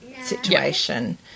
situation